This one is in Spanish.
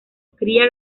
cría